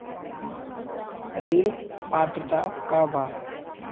ऋण पात्रता का बा?